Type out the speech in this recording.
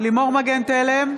לימור מגן תלם,